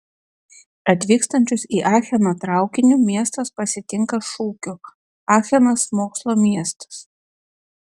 atvykstančius į acheną traukiniu miestas pasitinka šūkiu achenas mokslo miestas